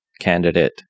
candidate